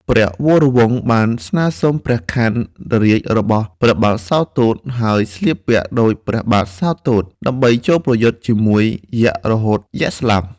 ព្រះវរវង្សបានស្នើសុំព្រះខ័នរាជ្យរបស់ព្រះបាទសោទត្ត ហើយស្លៀកពាក់ដូចព្រះបាទសោទត្ត ដើម្បីចូលប្រយុទ្ធជាមួយយក្សរហូតយក្សស្លាប់។